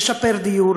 לשפר דיור,